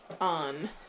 on